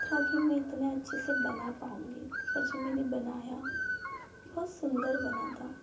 था कि मैं इतने अच्छे से बना पाऊँगी पर जब मैंने बनाया बहुत सुंदर बना था